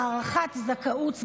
(הארכת זכאות),